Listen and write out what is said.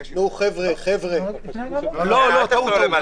--- לא, לא, טעות.